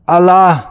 Allah